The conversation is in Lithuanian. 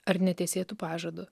ar netesėtu pažadu